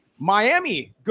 Miami